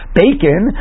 bacon